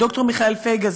את ד"ר מיכאל פייגה,